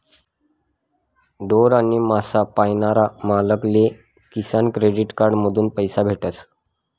ढोर आणि मासा पायनारा मालक ले किसान क्रेडिट कार्ड माधून पैसा भेटतस